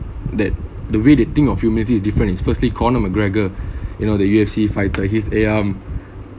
that the way they think of humanity is different is firstly conor mcgregor you know the U_F_C fighter he's a um